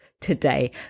today